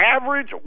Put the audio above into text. average